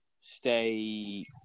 stay